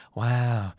wow